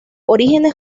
orígenes